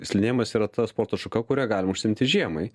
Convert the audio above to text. slidinėjimas yra ta sporto šaka kuria galim užsiimti žiemai